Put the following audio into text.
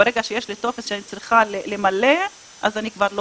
ברגע שיש לי טופס שאני צריכה למלא אז אני כבר לא